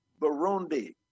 Burundi